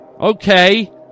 Okay